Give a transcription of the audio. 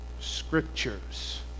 scriptures